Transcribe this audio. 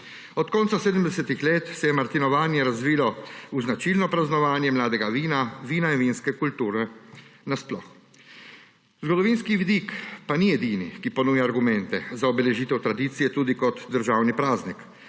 Od konca 70. let se je martinovanje razvilo v značilno praznovanje mladega vina, vina in vinske kulture nasploh. Zgodovinski vidik pa ni edini, ki ponuja argumente za obeležitev tradicije tudi kot državni praznik.